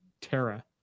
terra